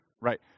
Right